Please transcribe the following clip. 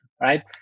right